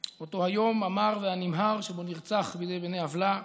אותו היום המר והנמהר שבו נרצח בידי בני עוולה אלוף,